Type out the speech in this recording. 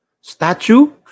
statue